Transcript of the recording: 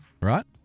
right